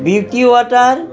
beauty water